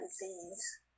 disease